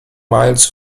miles